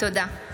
תודה.